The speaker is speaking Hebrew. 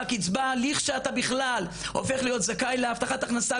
הקצבה לכשעתה בכלל הופך להיות זכאי להבטחת הכנסה,